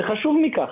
חשוב מכך,